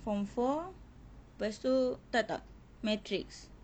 form four lepastu tak tak matrix